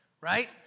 right